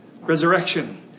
Resurrection